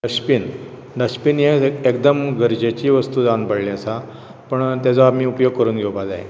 dustbin dustbin हें एकदम गरेजची वस्तू जावन पडलेली आसा पूण तेजो आमी उपयोग करून घेवपाक जाय